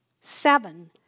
seven